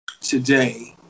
today